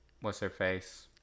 what's-her-face